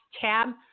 tab